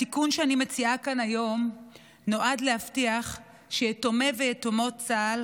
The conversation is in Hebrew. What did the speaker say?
התיקון שאני מציעה כאן היום נועד להבטיח שיתומי ויתומות צה"ל